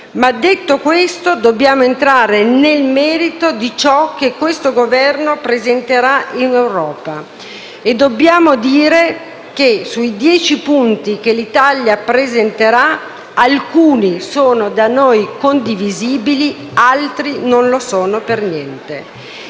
Detto questo, dobbiamo entrare nel merito di ciò che questo Governo presenterà in Europa e dobbiamo dire che, sui dieci punti che l'Italia presenterà, alcuni sono da noi condivisibili, mentre altri non lo sono per niente.